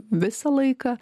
visą laiką